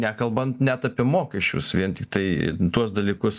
nekalbant net apie mokesčius vien tiktai tuos dalykus